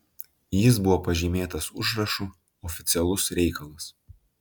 jis buvo pažymėtas užrašu oficialus reikalas